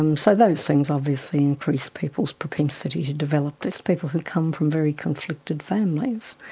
um so those things obviously increase people's propensity to develop this. people who come from very conflicted families,